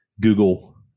Google